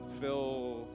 Phil